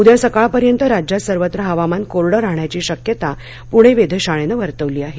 उद्या सकाळपर्यंत राज्यात सर्वत्र हवामान कोरडं राहण्याची शक्यता पणे वेधशाळेनं वर्तवली आहे